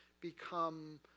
become